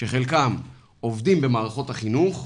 שחלקם עובדים במערכות החינוך,